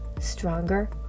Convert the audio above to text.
stronger